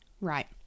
Right